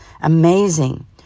Amazing